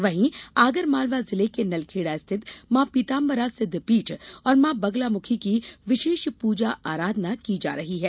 वहीं आगरमालवा जिले के नलखेड़ा स्थित मॉ पीतांबरा सिद्धपीठ और मॉ बगुलामुखी की विशेष पूजा आराधना की जा रही है